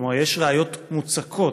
כלומר יש ראיות מוצקות.